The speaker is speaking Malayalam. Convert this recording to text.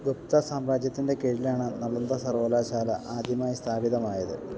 ഗുപ്തസാമ്രാജ്യത്തിന്റെ കീഴിലാണ് നളന്ദ സർവ്വകലാശാല ആദ്യമായി സ്ഥാപിതമായത്